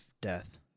death